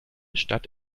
stadt